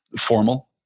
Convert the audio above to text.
formal